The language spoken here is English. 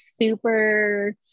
super